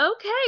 Okay